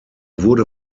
wurde